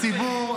הציבור,